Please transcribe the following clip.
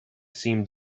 seemed